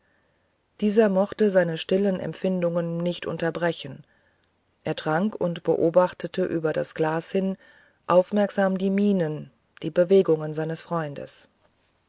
dieser mochte seine stillen empfindungen nicht unterbrechen er trank und beobachtete über das glas hin aufmerksam die mienen die bewegungen seines freundes